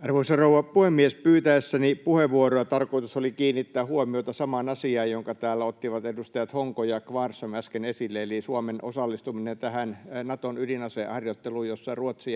Arvoisa rouva puhemies! Pyytäessäni puheenvuoroa tarkoitus oli kiinnittää huomiota samaan asiaan, jonka täällä ottivat edustajat Hopsu ja Kvarnström äsken esille, eli Suomen osallistumiseen tähän Naton ydinaseharjoitteluun, jossa Ruotsi